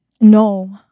No